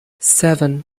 seven